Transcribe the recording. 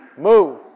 move